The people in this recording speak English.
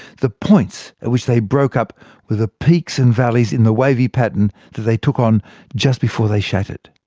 the points at which they broke up were the peaks and valleys in the wavy pattern that they took on just before they shattered.